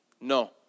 No